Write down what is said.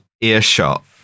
earshot